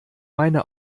meine